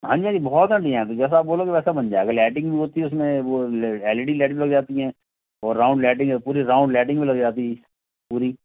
हाँ जी हाँ जी बहुत बढ़िया है तो जैसा आप बोलोगे वैसा बन जाएगा लाईटिंग भी होती है उसमें वह ल एल ई डी लाईट भी लग जाती हैं और राउंड लाईटिंग पूरी राउंड लाईटिंग भी लग जाती है पूरी